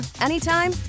anytime